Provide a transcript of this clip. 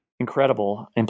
incredible